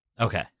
Okay